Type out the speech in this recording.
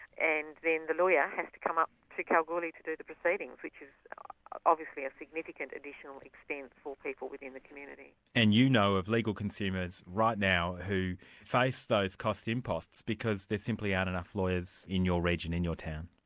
and then the lawyer has to come up to kalgoorlie to do the proceedings, which is obviously a significant additional expense for people within the community. and you know of legal consumers right now who face those cost imposts because there simply aren't enough lawyers in your region, in your town.